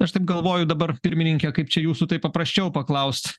aš taip galvoju dabar pirmininke kaip čia jūsų taip paprasčiau paklaust